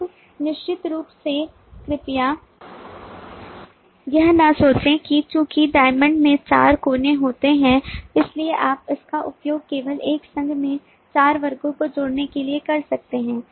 अब निश्चित रूप से कृपया यह न सोचें कि चूंकि diamond में चार कोने होते हैं इसलिए आप इसका उपयोग केवल एक संघ में चार वर्गों को जोड़ने के लिए कर सकते हैं